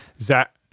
Zach